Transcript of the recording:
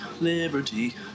Liberty